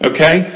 Okay